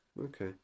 Okay